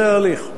זה ההליך.